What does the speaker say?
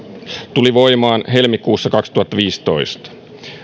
tuli voimaan helmikuussa kaksituhattaviisitoista